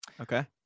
Okay